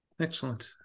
Excellent